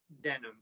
Denim